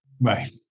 Right